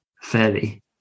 fairly